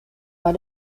war